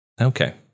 Okay